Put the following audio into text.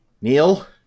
Neil